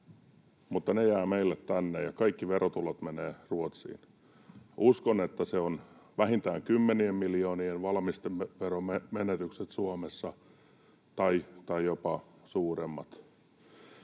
mutta ne jäävät meille tänne ja kaikki verotulot menevät Ruotsiin. Uskon, että se on vähintään kymmenien miljoonien valmisteveromenetykset Suomessa tai jopa suuremmat.